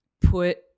put